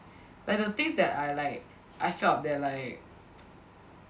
like the things that I like I felt that like